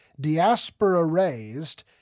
diaspora-raised